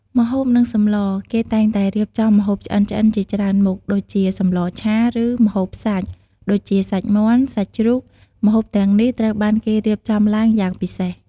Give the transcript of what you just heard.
ម្ហូប និងសម្ល គេតែងតែរៀបចំម្ហូបឆ្អិនៗជាច្រើនមុខ ដូចជាសម្លរឆា ឬ ម្ហូបសាច់ ដូចជា សាច់មាន់ សាច់ជ្រូក ម្ហូបទាំងនេះត្រូវបានគេរៀបចំឡើងយ៉ាងពិសេស។